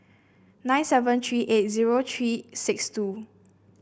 nine seven three eight zero three six two